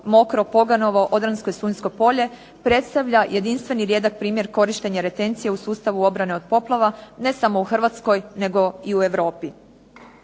Mokro, Poganovo, Odransko i Sunjsko polje predstavlja jedinstven i rijedak primjer korištenja retencije u sustavu obrane od poplava, ne samo u Hrvatskoj nego i u Europi.